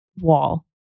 wall